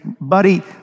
buddy